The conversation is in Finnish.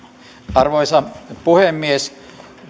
arvoisa puhemies